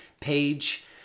page